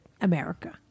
America